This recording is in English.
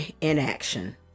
inaction